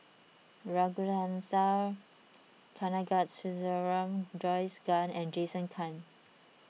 Ragunathar Kanagasuntheram Joyce Fan and Jason Chan